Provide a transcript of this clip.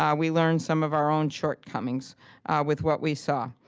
um we learned some of our own shortcomings with what we saw.